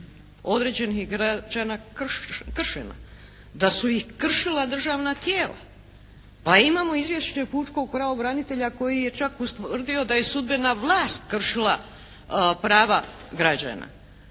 određenih građana kršena, da su ih kršila državna tijela, pa imamo izvješće pučkog pravobranitelja koji je čak ustvrdio da je sudbena vlast kršila prava građana.